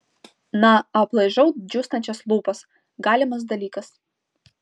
na aplaižau džiūstančias lūpas galimas dalykas